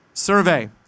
survey